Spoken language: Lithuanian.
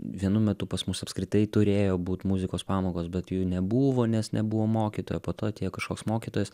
vienu metu pas mus apskritai turėjo būt muzikos pamokos bet jų nebuvo nes nebuvo mokytojo po to atėjo kažkoks mokytojas